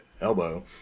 elbow